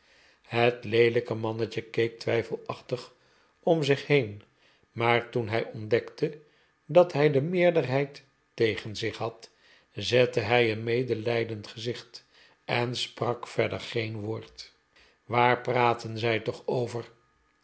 het leelijke mannetje keek twijfelachtig om zich heen maar toen hij ontdekte dat hij de meerderheid tegen zich had zette hij een medelijdend gezicht en sprak ver der geen woord waar praten zij toch over